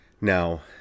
Now